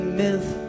myth